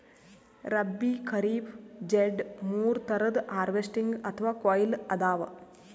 ರಬ್ಬೀ, ಖರೀಫ್, ಝೆಡ್ ಮೂರ್ ಥರದ್ ಹಾರ್ವೆಸ್ಟಿಂಗ್ ಅಥವಾ ಕೊಯ್ಲಿ ಅದಾವ